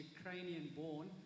Ukrainian-born